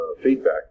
feedback